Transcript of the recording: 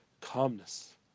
calmness